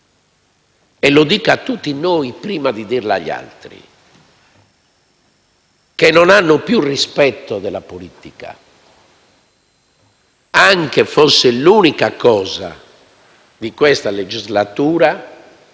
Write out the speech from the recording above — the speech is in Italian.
e lo dico a tutti noi prima di dirlo agli altri, che non hanno più rispetto della politica), fosse anche l'unica cosa di questa legislatura